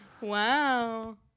Wow